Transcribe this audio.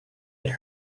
had